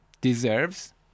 deserves